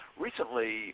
Recently